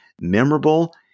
memorable